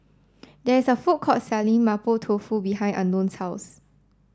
there is a food court selling Mapo Tofu behind Unknown's house